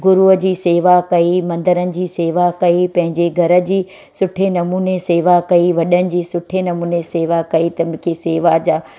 गुरूअ जी सेवा कई मंदरनि जी सेवा कई पंहिंजे घर जी सुठे नमूने सेवा कई वॾनि जी सुठे नमूने सेवा कई त मूंखे सेवा जा